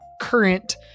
current